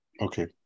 Okay